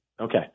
Okay